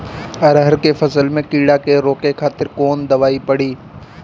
अरहर के फसल में कीड़ा के रोके खातिर कौन दवाई पड़ी?